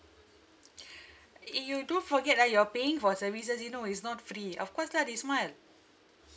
eh you don't forget ah you are paying for services you know it's not free of course lah they smile